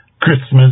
Christmas